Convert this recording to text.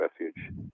Refuge